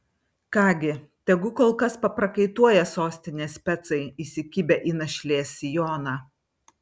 ką gi tegu kol kas paprakaituoja sostinės specai įsikibę į našlės sijoną